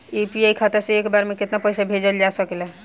UPI खाता से एक बार म केतना पईसा भेजल जा सकेला?